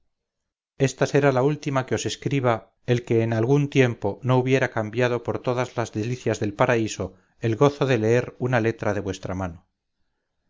esta será la última que os escriba el que en algún tiempo no hubiera cambiado por todas las delicias del paraíso el gozo de leer una letra de vuestra mano